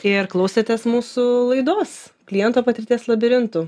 ir klausėtės mūsų laidos kliento patirties labirintų